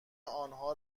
آنها